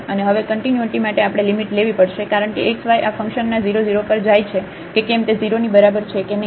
અને હવે કન્ટિન્યુટી માટે આપણે લિમિટ લેવી પડશે કારણ કેxy આ ફંકશનના 0 0 પર જાય છે કે કેમ તે 0 ની બરાબર છે કે નહીં